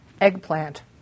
Eggplant